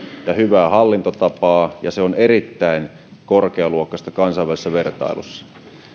ja hyvään hallintotapaan ja se on erittäin korkealuokkaista kansainvälisessä vertailussa